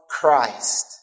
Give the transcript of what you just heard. Christ